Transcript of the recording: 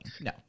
no